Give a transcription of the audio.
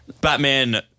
Batman